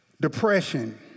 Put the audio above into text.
depression